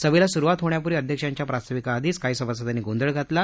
सभेला सुरुवात होण्यापूर्वी अध्यक्षांच्या प्रास्ताविकाआधीच काही सभासदांनी गोंधळ घातला